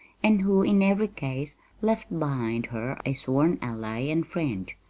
and who, in every case, left behind her a sworn ally and friend,